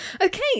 okay